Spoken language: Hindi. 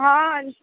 हाँ